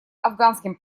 афганским